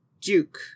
duke